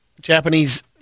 Japanese